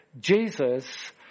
Jesus